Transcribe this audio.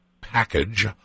package